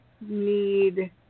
need